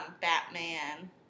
Batman